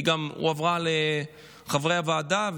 היא גם הועברה לחברי הוועדה,